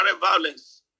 violence